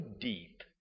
deep